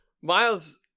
miles